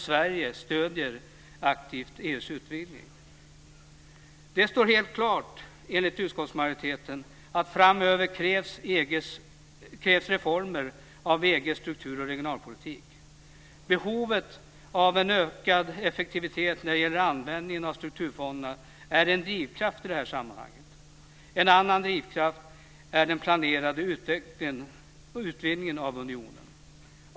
Sverige stöder aktivt EU:s utvidgning. Enligt utskottsmajoriteten står det helt klart att det framöver krävs reformer när det gäller EG:s strukturoch regionalpolitik. Behovet av en ökad effektivitet när det gäller användningen av strukturfonderna är en drivkraft i detta sammanhang. En annan drivkraft är den planerade utvidgningen av unionen.